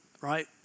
right